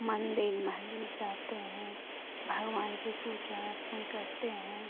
मंदिर मस्जिद जाते हैं भगवान की पूजा अर्चन करते हैं